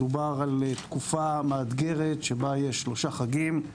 מדובר על תקופה מאתגרת שבה יש שלושה חגים.